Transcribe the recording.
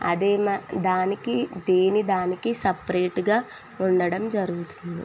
అదే మ దానికి దేని దానికి సప్రేట్గా వండటం జరుగుతుంది